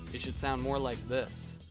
it should sound more like this.